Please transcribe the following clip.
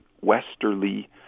westerly